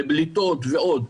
על בליטות ועוד.